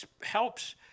helps